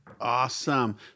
Awesome